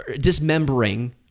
dismembering